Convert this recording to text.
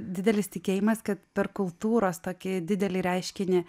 didelis tikėjimas kad per kultūros tokį didelį reiškinį